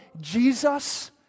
Jesus